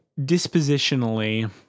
dispositionally